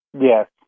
Yes